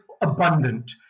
abundant